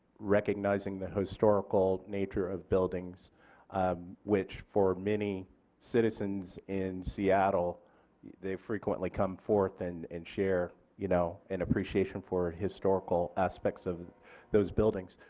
recognizing the historical nature of buildings which for many citizens in seattle they frequently come forth and and share, you know an appreciation for the historical aspects of those buildings.